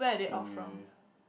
Zheng-Yu